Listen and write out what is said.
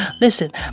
Listen